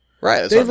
Right